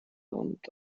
und